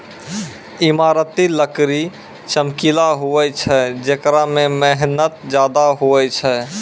ईमारती लकड़ी चमकिला हुवै छै जेकरा मे मेहनत ज्यादा हुवै छै